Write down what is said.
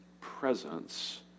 presence